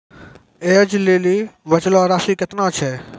ऐज लेली बचलो राशि केतना छै?